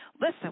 Listen